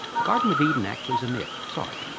the garden of eden actually is a myth, sorry.